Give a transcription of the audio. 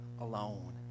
alone